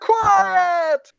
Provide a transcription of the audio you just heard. Quiet